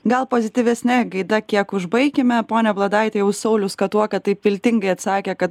gal pozityvesne gaida kiek užbaikime ponia bladaite jau saulius katuoka taip viltingai atsakė kad